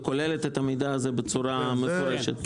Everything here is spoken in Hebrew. היא כוללת את המידע הזה בצורה מקורית?